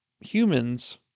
humans